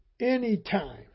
anytime